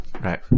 Right